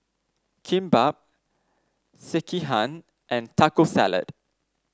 Kimbap Sekihan and Taco Salad